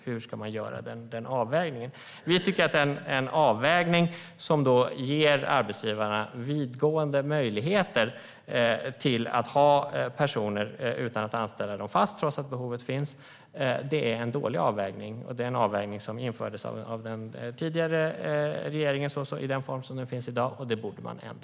Hur ska man göra den avvägningen? Vi tycker att en avvägning som ger arbetsgivarna vittgående möjligheter att ha personer anställda utan att anställa dem fast trots att behovet finns är en dålig avvägning. Det är en avvägning som infördes av den tidigare regeringen i den form som den finns i dag. Det borde man ändra.